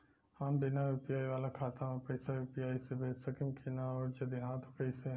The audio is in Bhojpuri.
हम बिना यू.पी.आई वाला खाता मे पैसा यू.पी.आई से भेज सकेम की ना और जदि हाँ त कईसे?